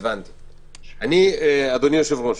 אדוני היושב-ראש,